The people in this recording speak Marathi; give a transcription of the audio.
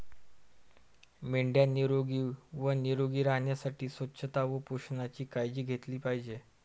मेंढ्या निरोगी व निरोगी राहण्यासाठी स्वच्छता व पोषणाची काळजी घेतली पाहिजे